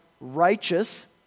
righteous